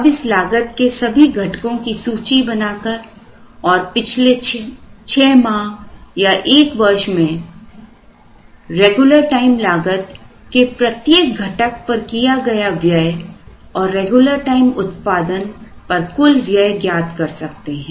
अब इस लागत के सभी घटकों की सूची बनाकर और पिछले 6 माह या 1 वर्ष में रेगुलर टाइम लागत के प्रत्येक घटक पर किया गया व्यय और रेगुलर टाइम उत्पादन पर कुल व्यय ज्ञात कर सकते हैं